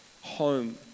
home